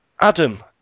Adam